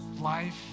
life